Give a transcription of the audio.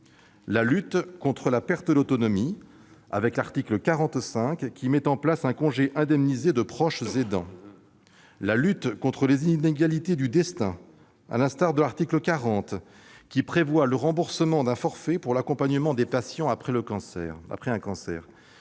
la lutte contre la perte d'autonomie, au travers de l'article 45, qui met en place un congé indemnisé de proche aidant, la lutte contre les inégalités de destin, au travers par exemple de l'article 40, qui prévoit le remboursement d'un forfait pour l'accompagnement des patients après un cancer,